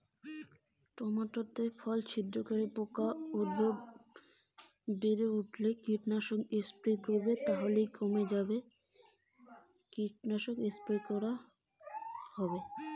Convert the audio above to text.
Tomato তে ফল ছিদ্রকারী পোকা উপদ্রব বাড়ি গেলে কি করা উচিৎ?